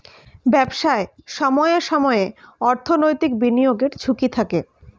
ব্যবসায় সময়ে সময়ে অর্থনৈতিক বিনিয়োগের ঝুঁকি থাকে